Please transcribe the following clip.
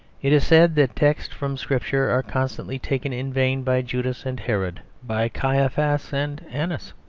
it is said that texts from scripture are constantly taken in vain by judas and herod, by caiaphas and annas.